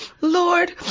Lord